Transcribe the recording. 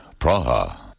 Praha